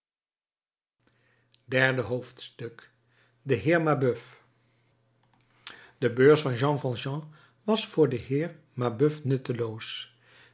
derde hoofdstuk de heer mabeuf de beurs van jean valjean was voor den heer mabeuf nutteloos